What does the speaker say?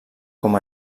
com